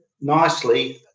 nicely